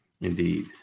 Indeed